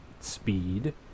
Speed